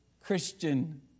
Christian